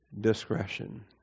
discretion